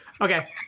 okay